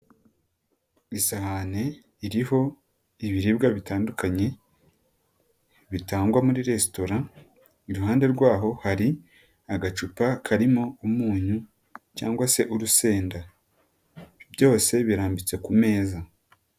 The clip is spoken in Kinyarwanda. Isahani iriho, ibiribwa bitandukanye, bitangwa muri resitora. Iruhande rwaho hari agacupa karimo umunyu, cyangwa se urusenda. Byose birambitse ku meza.